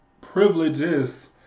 privileges